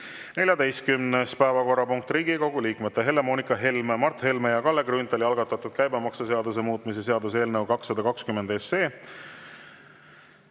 14. päevakorrapunkt, Riigikogu liikmete Helle-Moonika Helme, Mart Helme ja Kalle Grünthali algatatud käibemaksuseaduse muutmise seaduse eelnõu 220.